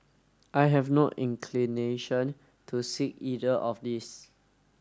I have not inclination to seek either of these